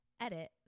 Edit